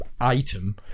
item